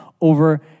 over